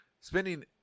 Spending